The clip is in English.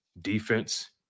Defense